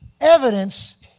evidence